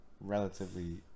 relatively